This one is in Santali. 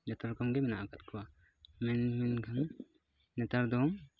ᱡᱚᱛᱚ ᱨᱚᱠᱚᱢ ᱜᱮ ᱢᱮᱱᱟᱜ ᱟᱠᱟᱫ ᱠᱚᱣᱟ ᱢᱮᱱᱠᱷᱟᱱ ᱱᱮᱛᱟᱨ ᱫᱚ